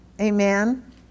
Amen